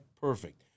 perfect